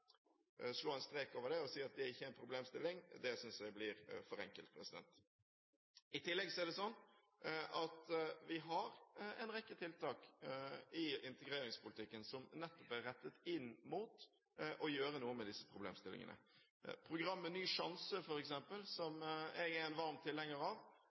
slå en strek over det og si at det ikke er en problemstilling, synes jeg blir for enkelt. I tillegg er det slik at vi har en rekke tiltak i integreringspolitikken som nettopp er rettet inn mot å gjøre noe med disse problemstillingene. Programmet Ny sjanse f.eks., som jeg er en varm tilhenger av,